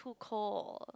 too cold